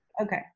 Okay